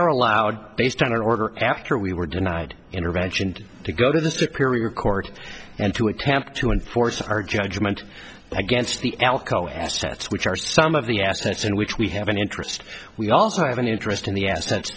are allowed based on an order after we were denied intervention to go to the superior court and to attempt to enforce our judgment against the alko assets which are some of the assets in which we have an interest we also have an interest in the